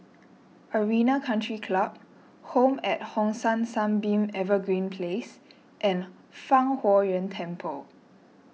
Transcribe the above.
Arena Country Club Home at Hong San Sunbeam Evergreen Place and Fang Huo Yuan Temple